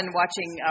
watching